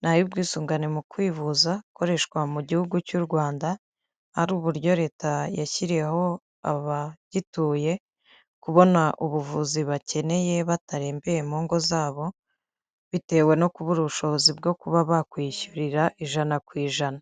ni ay'ubwisungane mu kwivuza akoreshwa mu gihugu cy'u Rwanda, ari uburyo leta yashyiririyeho abagituye kubona ubuvuzi bakeneye batarembeye mu ngo zabo, bitewe no kubura ubushobozi bwo kuba bakwiyishyurira ijana ku ijana.